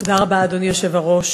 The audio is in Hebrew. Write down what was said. תודה רבה, אדוני היושב-ראש.